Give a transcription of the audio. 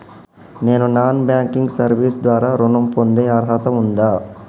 నేను non banking service ద్వారా ఋణం పొందే అర్హత ఉందా?